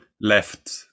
left